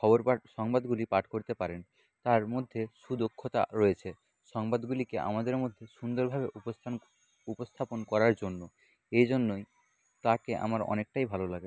খবর পাঠ সংবাদগুলি পাঠ করতে পারেন তার মধ্যে সুদক্ষতা রয়েছে সংবাদগুলিকে আমাদের মধ্যে সুন্দরভাবে উপস্থান উপস্থাপন করার জন্য এ জন্যই তাকে আমার অনেকটাই ভালো লাগে